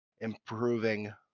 improving